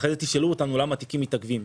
אחרי זה תשאלו אותנו למה תיקים מתעכבים.